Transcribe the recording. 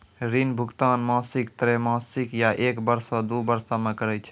ऋण भुगतान मासिक, त्रैमासिक, या एक बरसो, दु बरसो मे करै छै